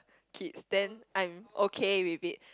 kids then I'm okay with it